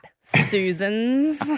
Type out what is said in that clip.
Susans